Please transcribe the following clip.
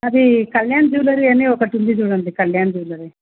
అది కళ్యాణ్ జ్యువెలరీ అని ఒకటి ఉంది చూడండి కళ్యాణ్ జ్యువెలరీ